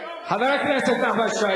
חבר הכנסת נחמן שי,